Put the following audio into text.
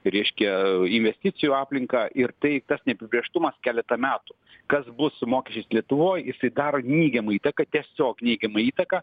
reiškia investicijų aplinką ir tai tas neapibrėžtumas keletą metų kas bus su mokesčiais lietuvoj jisai daro neigiamą įtaką tiesiog neigiamą įtaką